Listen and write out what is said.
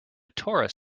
torus